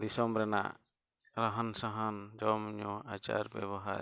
ᱫᱤᱥᱚᱢ ᱨᱮᱱᱟᱜ ᱨᱟᱦᱟᱱ ᱥᱟᱦᱟᱱ ᱡᱚᱢᱼᱧᱩ ᱟᱪᱟᱨ ᱵᱮᱵᱚᱦᱟᱨ